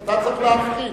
אתה צריך להבחין.